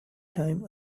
time